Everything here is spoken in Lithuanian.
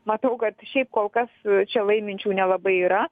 matau kad šiaip kol kas čia laiminčių nelabai yra